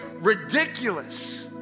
ridiculous